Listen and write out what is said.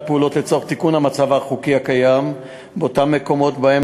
פעולות לצורך תיקון המצב החוקי הקיים באותם מקומות שבהם